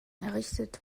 errichtet